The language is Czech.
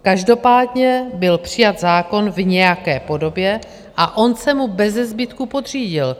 Každopádně byl přijat zákon v nějaké podobě a on se mu bezezbytku podřídil.